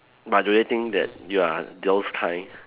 but do you think that you are those kind